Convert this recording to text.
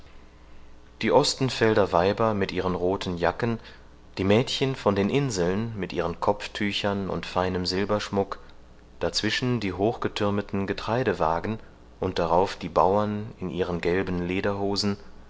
die ostenfelder weiber mit ihren rothen jacken die mädchen von den inseln mit ihren kopftüchern und feinem silberschmuck dazwischen die hochgethürmeten getreidewagen und darauf die bauern in ihren gelben